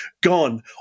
gone